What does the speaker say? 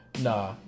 nah